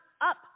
up